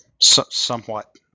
somewhat